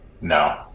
No